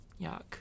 Yuck